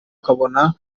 ukabona